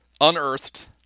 unearthed